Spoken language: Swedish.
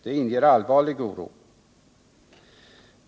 Det inger allvarlig oro.